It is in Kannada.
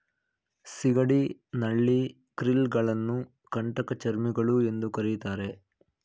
ಸಿಗಡಿ, ನಳ್ಳಿ, ಕ್ರಿಲ್ ಗಳನ್ನು ಕಂಟಕಚರ್ಮಿಗಳು ಎಂದು ಕರಿತಾರೆ